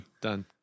Done